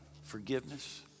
forgiveness